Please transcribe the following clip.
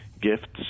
gifts